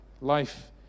Life